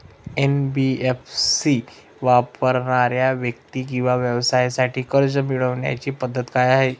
NBFC वापरणाऱ्या व्यक्ती किंवा व्यवसायांसाठी कर्ज मिळविण्याची पद्धत काय आहे?